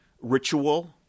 ritual